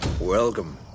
Welcome